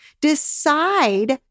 decide